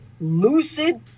lucid